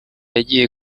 yajyiye